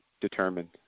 determined